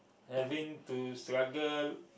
having to struggle